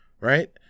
Right